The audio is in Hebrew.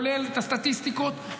כולל הסטטיסטיקות.